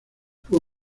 fue